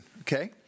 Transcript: okay